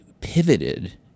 pivoted